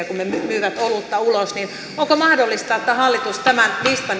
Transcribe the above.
kun ne myyvät olutta ulos niin onko mahdollista että hallitus tämän listan